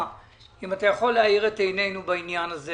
האם אתה יכול להאיר את עינינו בעניין הזה?